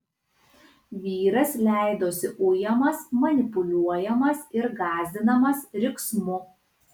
vyras leidosi ujamas manipuliuojamas ir gąsdinamas riksmu